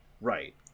Right